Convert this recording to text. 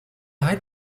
arrête